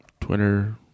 Twitter